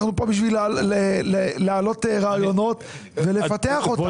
אנחנו כאן להעלות רעיונות ולפתח אותם.